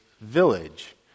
village